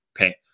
Okay